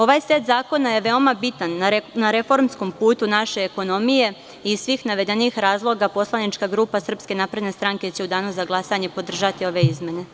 Ovaj set zakona je veoma bitan na reformskom putu naše ekonomije i iz svih navedenih razloga poslanička grupa SNS će u danu za glasanje podržati ove izmene.